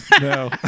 no